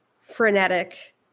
frenetic